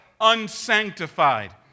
unsanctified